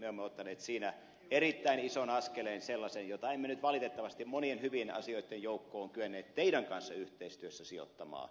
me olemme ottaneet siinä erittäin ison askeleen sellaisen jota emme nyt valitettavasti monien hyvien asioitten joukkoon kyenneet teidän kanssanne yhteistyössä sijoittamaan